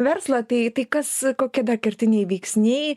verslą tai tai kas kokie kertiniai veiksniai